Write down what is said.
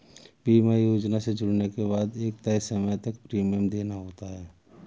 बीमा योजना से जुड़ने के बाद एक तय समय तक प्रीमियम देना होता है